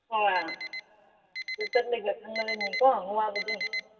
ꯍꯣꯏ ꯑꯗꯨ ꯆꯠꯂꯒ ꯈꯪꯂꯒꯅꯤꯀꯣ ꯑꯋꯥꯕꯗꯨ